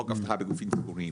חוק אבטחה בנושאים ציבוריים.